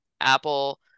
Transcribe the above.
Apple